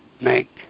make